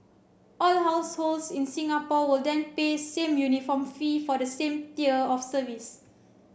all households in Singapore will then pay same uniform fee for the same tier of service